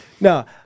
No